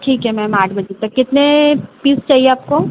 ठीक है मैम आठ बजे तक कितने पीस चाहिए आपको